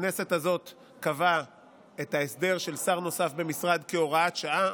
הכנסת הזאת קבעה את ההסדר של שר נוסף במשרד כהוראת שעה.